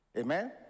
Amen